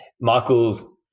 Michael's